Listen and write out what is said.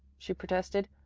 she protested,